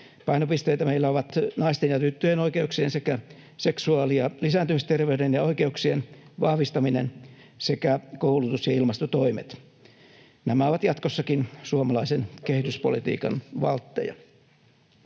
Painopisteitä meillä ovat naisten ja tyttöjen oikeuksien sekä seksuaali- ja lisääntymisterveyden ja -oikeuksien vahvistaminen sekä koulutus ja ilmastotoimet. Nämä ovat jatkossakin suomalaisen kehityspolitiikan valtteja.